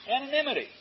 Anonymity